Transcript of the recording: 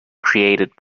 created